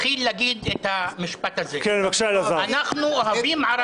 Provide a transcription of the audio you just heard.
תתחיל להגיד את המשפט הזה "אנחנו אוהבים ערבים".